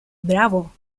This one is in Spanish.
bravo